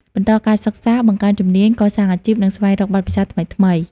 បន្តការសិក្សា បង្កើនជំនាញ កសាងអាជីព និងស្វែងរកបទពិសោធន៍ថ្មីៗ។